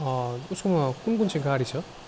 ऊसँग कुन कुन चाहिँ गाडी छ